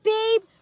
Babe